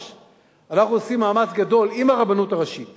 אנחנו עושים מאמץ גדול עם הרבנות הראשית